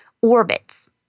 orbits